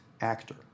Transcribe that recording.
actor